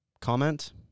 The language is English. comment